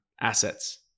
Assets